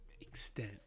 extent